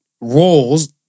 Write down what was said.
roles